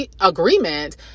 agreement